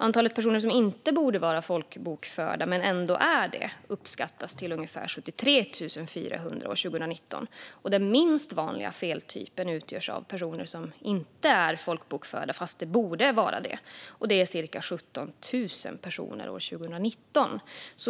Antalet personer som inte borde vara folkbokförda men som ändå är det uppskattas till ungefär 73 400 år 2019. Den minst vanliga feltypen utgörs av personer som inte är folkbokförda fast de borde vara det, och det är cirka 17 000 personer år 2019. Ungefär